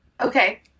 Okay